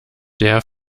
der